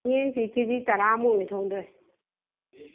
ꯌꯦꯟꯁꯤ ꯀꯦ ꯖꯤ ꯇꯔꯥꯃꯨꯛꯅꯤ ꯊꯣꯡꯗꯣꯏ